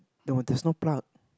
no there's no plug